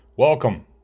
Welcome